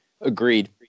Agreed